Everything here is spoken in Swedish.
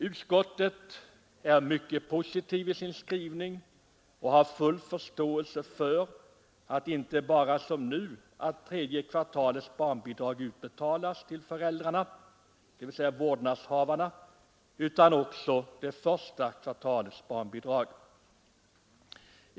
Utskottet är mycket positivt i sin skrivning och har full förståelse för att inte bara som nu tredje kvartalets barnbidrag utbetalas till föräldrarna, dvs. vårdnadshavarna, utan också det första kvartalets barnbidrag.